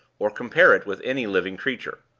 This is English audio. or compare it with any living creature.